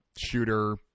shooter